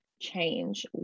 change